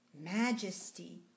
majesty